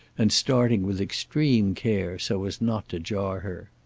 and starting with extreme care, so as not to jar her.